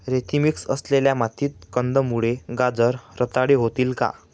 रेती मिक्स असलेल्या मातीत कंदमुळे, गाजर रताळी होतील का?